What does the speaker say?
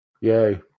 Yay